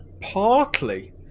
partly